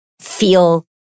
feel